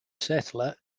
settler